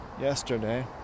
yesterday